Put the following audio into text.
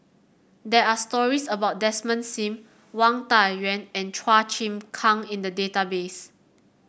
there are stories about Desmond Sim Wang Dayuan and Chua Chim Kang in the database